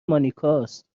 مانیکاست